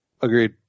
Agreed